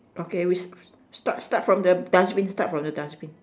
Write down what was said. okay we start start from the dustbin start from the dustbin